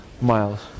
Miles